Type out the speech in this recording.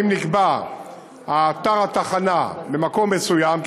ואם נקבע אתר התחנה במקום מסוים,